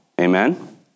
Amen